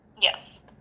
Yes